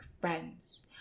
friends